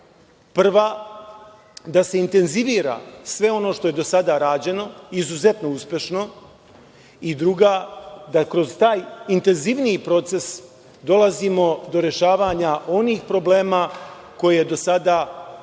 Prva, da se intenzivira sve ono što je do sada rađeno izuzetno uspešno. Druga, da kroz taj intenzivniji proces dolazimo do rešavanja onih problema koje do sada nismo